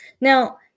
Now